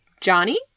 johnny